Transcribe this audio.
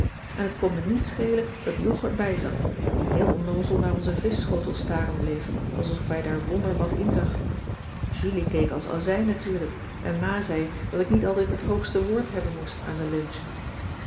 en t kon me niets schelen dat jog erbij zat die heel onnoozel naar onze vischschotel staren bleef alsof hij daar wonderwat in zag julie keek als azijn natuurlijk en ma zei dat ik niet altijd het hoogste woord hebben moest aan de lunch